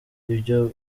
ibyo